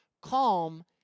Calm